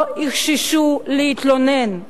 לא יחששו להתלונן,